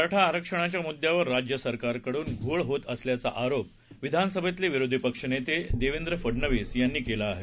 मराठा आरक्षणाच्या म्द्यावर राज्य सरकारकडून घोळ होत असल्याचा आरोप विधानसभेतले विरोधी पक्षनेते देवेंद्र फडनवीस यांनी केला आहे